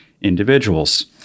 individuals